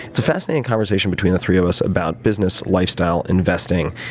it's a fascinating conversation between the three of us about business, lifestyle, investing,